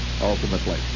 ultimately